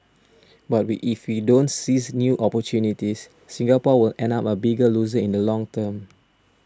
but if we don't seize new opportunities Singapore will end up a bigger loser in the long term